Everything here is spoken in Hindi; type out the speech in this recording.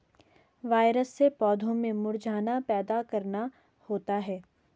वायरस से पौधों में मुरझाना पैदा करना होता है